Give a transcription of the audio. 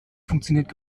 funktioniert